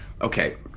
Okay